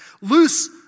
Loose